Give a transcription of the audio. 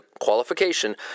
qualification